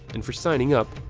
and for signing up,